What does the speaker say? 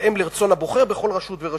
בהתאם לרצון הבוחר בכל רשות ורשות,